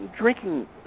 drinking